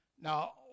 Now